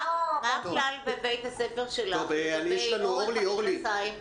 מה הכלל בבית הספר שלך לגבי אורך המכנסיים?